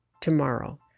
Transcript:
tomorrow